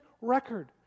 record